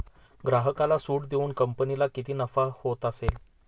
ग्राहकाला सूट देऊन कंपनीला किती नफा होत असेल